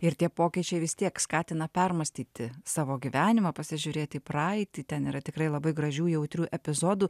ir tie pokyčiai vis tiek skatina permąstyti savo gyvenimą pasižiūrėti į praeitį ten yra tikrai labai gražių jautrių epizodų